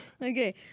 Okay